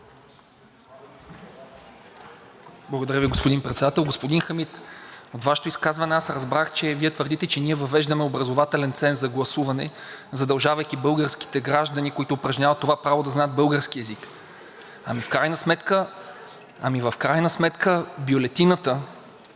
Благодаря Ви, господин Председател. Господин Хамид, от Вашето изказване аз разбрах, че Вие твърдите, че ние въвеждаме образователен ценз за гласуване, задължавайки българските граждани, които упражняват това право, да знаят български език. В крайна сметка бюлетината